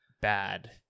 bad